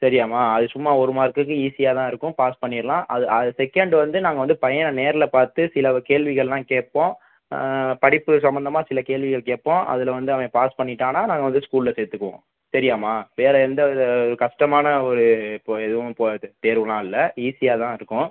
சரியாம்மா அது சும்மா ஒரு மார்க்குக்கு ஈசியாக தான் இருக்கும் பாஸ் பண்ணிரலாம் அது அது செகண்ட் வந்து நாங்கள் வந்து பையனை நேரில் பார்த்து சில கேள்விகள்லாம் கேட்போம் படிப்பு சம்மந்தமாக சில கேள்விகள் கேட்போம் அதில் வந்து அவன் பாஸ் பண்ணிவிட்டான்னா நாங்கள் வந்து ஸ்கூலில் சேர்த்துக்குவோம் சரியாம்மா வேறு எந்தவித கஷ்டமான ஒரு இப்போ எதுவும் கோ தேர்வுலாம் இல்லை ஈசியாக தான் இருக்கும்